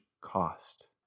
cost